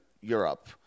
Europe